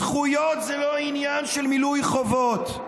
זכויות זה לא עניין של מילוי חובות.